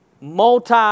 multi-